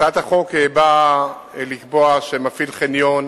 הצעת החוק באה לקבוע שמפעיל חניון